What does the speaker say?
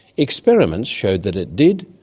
experiments showed that it did,